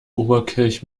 oberkirch